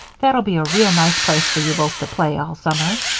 that'll be a real nice place for you both to play all summer.